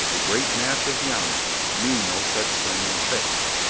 the great mass of the army, knew no such flaming faith.